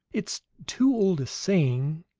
it's too old a saying.